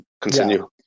continue